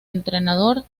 entrenador